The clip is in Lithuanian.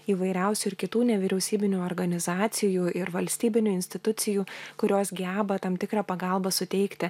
įvairiausių ir kitų nevyriausybinių organizacijų ir valstybinių institucijų kurios geba tam tikrą pagalbą suteikti